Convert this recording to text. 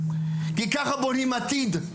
ככה בונים עתיד.